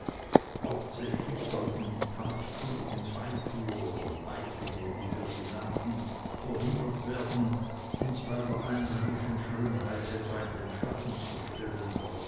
hauptsächlich sollten die tanzkundigen feintuer und weichlinge wie wir sie nannten verhindert werden uns bei der einheimischen schönheit etwa in den schatten zu stellen